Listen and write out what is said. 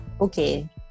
Okay